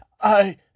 I